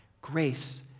Grace